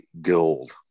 gold